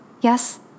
Yes